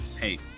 hey